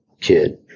kid